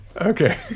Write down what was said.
Okay